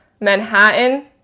manhattan